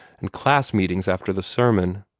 and class-meetings after the sermon.